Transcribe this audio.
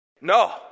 No